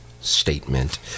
statement